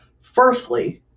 Firstly